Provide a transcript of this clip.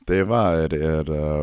tai va ir ir